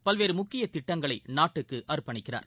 பல்வேறு முக்கிய திட்டங்களை நாட்டுக்கு அர்ப்பணிக்கிறார்